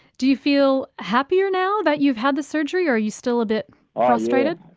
do you feel happier now that you've had the surgery? are you still a bit ah frustrated?